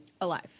Alive